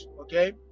okay